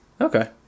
Okay